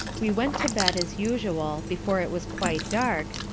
we went to bed, as usual, before it was quite dark,